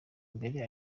mbere